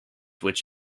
which